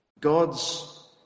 God's